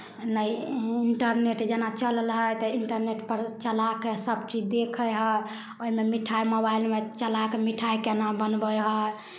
नहि इन्टरनेट जेना चलल हइ तऽ इन्टरनेटपर चला कऽ सभचीज देखै हइ ओहिमे मिठाइ मोबाइलमे चला कऽ मिठाइ केना बनबै हइ